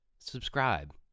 Subscribe